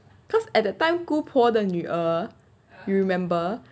cause at that time 姑婆的女儿 you remember